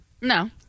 No